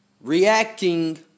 reacting